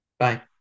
Bye